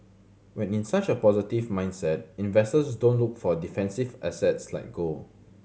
when in such a positive mindset investor don't look for defensive assets like gold